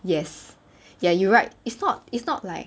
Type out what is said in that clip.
yes ya you're right it's not it's not like